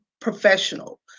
professional